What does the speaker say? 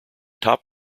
top